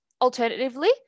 Alternatively